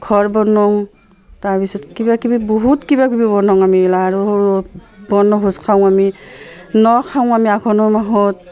ঘৰ বনাওঁ তাৰপিছত কিবাকিবি বহুত কিবাকিবি বনাওঁ আমি লাৰু সৰু বনভোজ খাওঁ আমি ন খাওঁ আমি আঘোনৰ মাহত